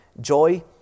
Joy